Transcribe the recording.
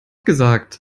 gesagt